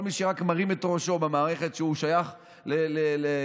כל מי שרק מרים את ראשו במערכת ושייך לייצוב